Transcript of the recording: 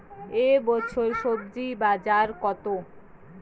এ বছর স্বজি বাজার কত?